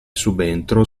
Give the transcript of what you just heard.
subentro